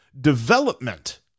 development